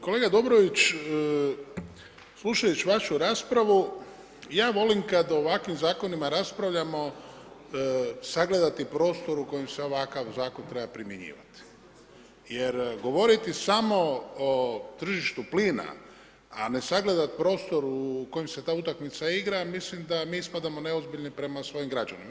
Kolega Dobrović, slušajuć vašu raspravu ja volim kad o ovakvim zakonima raspravljamo sagledati prostor u kojem se ovakav zakon treba primjenjivati jer govoriti samo o tržištu plina, a ne sagledat prostor u kojem se ta utakmica igra, mislim da mi ispadamo neozbiljni prema svojim građanima.